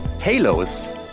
Halos